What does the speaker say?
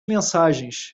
mensagens